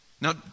Now